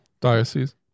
diocese